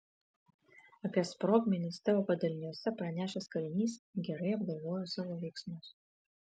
apie sprogmenis teo padaliniuose pranešęs kalinys gerai apgalvojo savo veiksmus